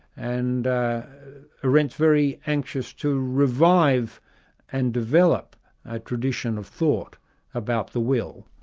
and arendt's very anxious to revive and develop a tradition of thought about the will.